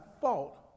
fault